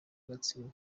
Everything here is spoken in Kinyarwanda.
gatsibo